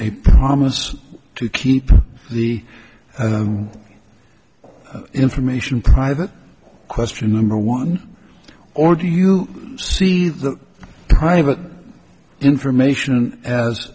a promise to keep the information private question number one or do you see the private information as